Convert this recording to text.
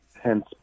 Hence